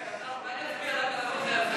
אלעזר, אולי נצביע רק על הנושא הזה?